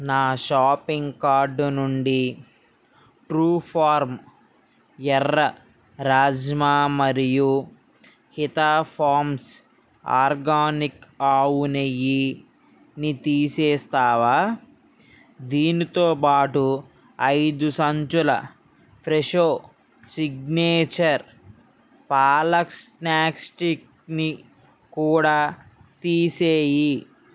నా shopping card నుండి true farm ఎర్ర రాజ్మ మరియు హితా ఫార్మ్స్ ఆర్గానిక్ ఆవు నెయ్యిని తీసేస్తావా దీనితో పాటు ఐదు సంచుల ఫ్రెషో సిగ్నేచర్ పాలక్ స్నాక్స్ స్టిక్ని కూడా తీసేయి